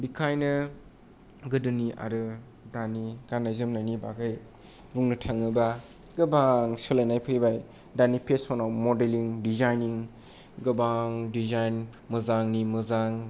बिखायनो गोदोनि आरो दानि गाननाय जोमनायनि बागै बुंनो थाङोबा गोबां सोलायनाय फैबाय दानि फेसनाव मडेलिं डिजाइनिं गोबां डिजाइन मोजांनि मोजां